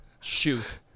Shoot